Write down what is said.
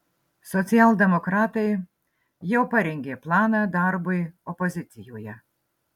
socialdemokratai jau parengė planą darbui opozicijoje